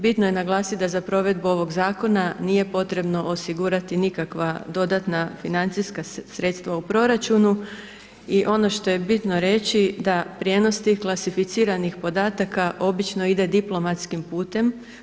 Bitno je naglasiti da za provedbu ovog zakona nije potrebno osigurati nikakva dodatna financijska sredstva u proračunu i ono što je bitno reći da prijenos tih klasificiranih podataka obično ide diplomatskim putem.